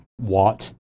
Watt